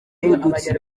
y’udutsi